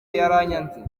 yaranyanze